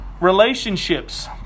Relationships